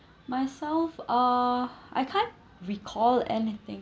myself uh I can't recall anything